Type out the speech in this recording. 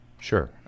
Sure